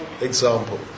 example